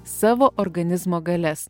savo organizmo galias